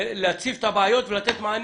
להציף את הבעיות ולתת מענים.